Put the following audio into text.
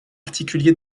particulier